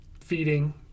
feeding